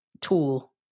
tool